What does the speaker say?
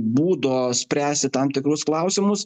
būdo spręsti tam tikrus klausimus